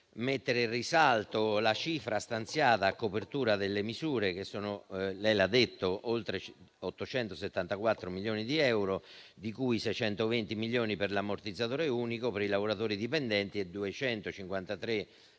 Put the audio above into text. mettere in risalto la cifra stanziata a copertura delle misure. Si tratta - come lei ha detto - di oltre 874 milioni di euro, di cui 620 milioni per l'ammortizzatore unico per i lavoratori dipendenti e 253 milioni